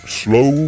slow